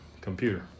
computer